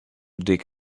dig